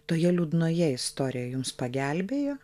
toje liūdnoje istorijo jums pagelbėjo